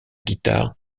guitare